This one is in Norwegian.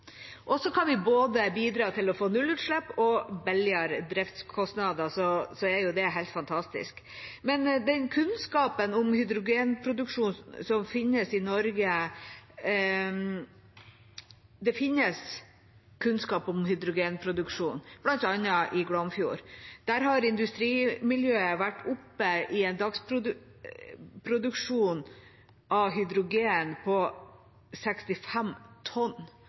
Kan vi bidra til å få både nullutslipp og billigere driftskostnader, er det helt fantastisk. Det finnes kunnskap om hydrogenproduksjon i Norge, bl.a. i Glomfjord. Der har industrimiljøet vært oppe i en dagsproduksjon av hydrogen på 65 tonn,